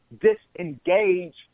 disengage